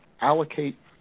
allocate